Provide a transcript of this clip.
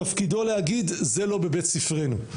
תפקידו להגיד זה לא בבית ספרנו.